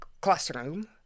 classroom